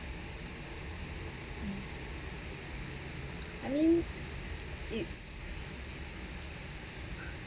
I mean it's